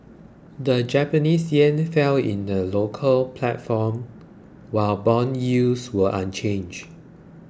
the Japanese yen fell in the local platform while bond yields were unchanged